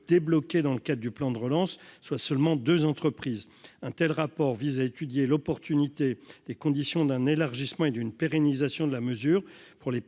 débloqués dans le cadre du plan de relance, soit seulement 2 entreprises un tel rapport vise à étudier l'opportunité des conditions d'un élargissement et d'une pérennisation de la mesure pour les